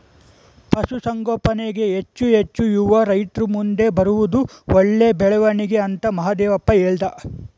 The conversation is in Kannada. ಪಶುಸಂಗೋಪನೆಗೆ ಹೆಚ್ಚು ಹೆಚ್ಚು ಯುವ ರೈತ್ರು ಮುಂದೆ ಬರುತ್ತಿರುವುದು ಒಳ್ಳೆ ಬೆಳವಣಿಗೆ ಅಂತ ಮಹಾದೇವಪ್ಪ ಹೇಳ್ದ